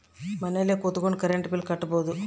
ಮನೆಲ್ ಕುತ್ಕೊಂಡ್ current bill ಕಟ್ಬೊಡು